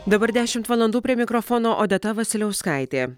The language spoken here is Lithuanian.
dabar dešimt valandų prie mikrofono odeta vasiliauskaitė